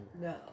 No